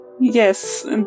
Yes